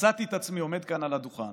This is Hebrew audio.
ומצאתי את עצמי עומד כאן על הדוכן